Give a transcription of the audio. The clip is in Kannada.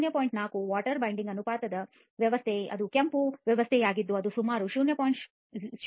4 ವಾಟರ್ ಬೈಂಡರ್ ಅನುಪಾತ ವ್ಯವಸ್ಥೆ ಅದು ಕೆಂಪು ವ್ಯವಸ್ಥೆಯಾಗಿದ್ದು ಅದು ಸುಮಾರು 0